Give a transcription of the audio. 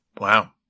Wow